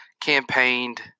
Campaigned